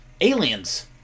Aliens